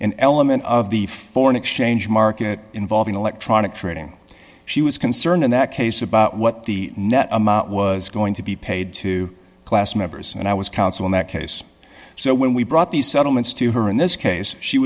an element of the foreign exchange market involving electronic trading she was concerned in that case about what the net amount was going to be paid to class members and i was counsel in that case so when we brought these settlements to her in this case she